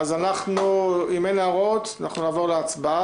אז, אם אין הערות, אנחנו נעבור להצבעה.